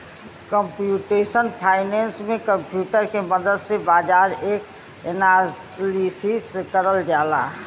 computational finance में computer के मदद से बाजार क एनालिसिस करल जाला